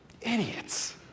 idiots